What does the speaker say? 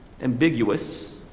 ambiguous